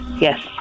Yes